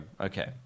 okay